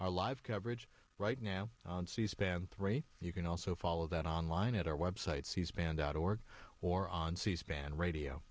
our live coverage right now on c span three you can also follow that online at our web site cspan dot org or on c span radio